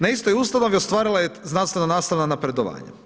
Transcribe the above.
Na istoj ustanovi ostvarila je znanstvena nastava napredovanje.